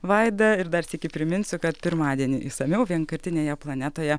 vaida ir dar sykį priminsiu kad pirmadienį išsamiau vienkartinėje planetoje